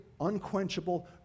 unquenchable